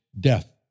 death